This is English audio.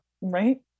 Right